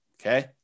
Okay